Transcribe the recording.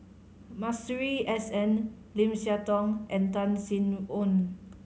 Masuri S N Lim Siah Tong and Tan Sin Aun